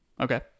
okay